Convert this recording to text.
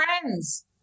friends